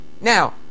Now